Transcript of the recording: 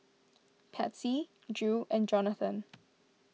Patsy Drew and Jonathon